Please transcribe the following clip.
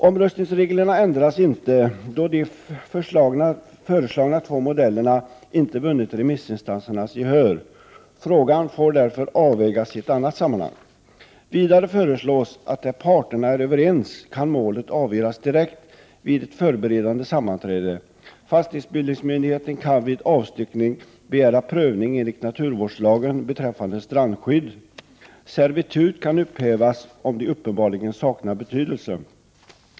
Omröstningsreglerna ändras inte då de föreslagna två modellerna inte vunnit remissinstansernas gehör. Frågan får därför övervägas i ett annat sammanhang. Vidare föreslås att där parterna är överens kan målet avgöras direkt vid ett förberedande sammanträde och att fastighetsbildningsmyndigheten vid avstyckning kan begära prövning enligt naturvårdslagen beträffande strandskydd. Servitut kan upphävas om de uppenbarligen saknar betydelse.